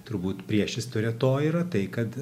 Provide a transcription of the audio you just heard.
turbūt priešistorė to yra tai kad